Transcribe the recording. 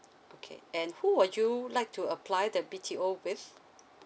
okay and who would you like to apply the B_T_O with